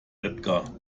edgar